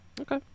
okay